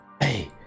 Hey